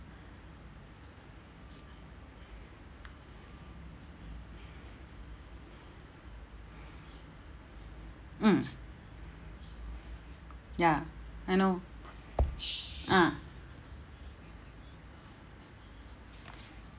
mm ya I know ah